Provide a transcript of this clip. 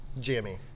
Jimmy